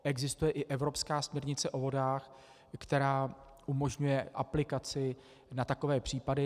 Existuje i evropská směrnice o vodách, která umožňuje aplikaci na takové případy.